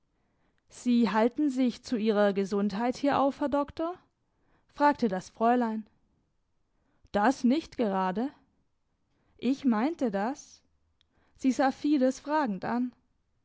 sie halten sich zu ihrer gesundheit hier auf herr doktor fragte das fräulein das nicht gerade ich meinte das sie sah fides fragend an